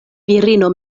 virino